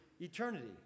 eternity